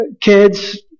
Kids